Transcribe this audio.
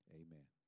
amen